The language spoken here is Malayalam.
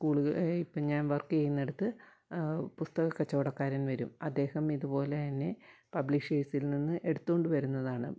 സ്കൂളുകൾ ഇപ്പം ഞാന് വർക്ക് ചെയ്യുന്നിടത്ത് പുസ്തക കച്ചവടക്കാരൻ വരും അദ്ദേഹം ഇതുപോലെ തന്നെ പബ്ലിഷേഴ്സില് നിന്ന് എടുത്തു കൊണ്ടു വരുന്നതാണ്